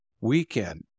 weekend